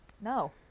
no